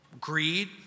greed